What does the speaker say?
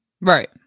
Right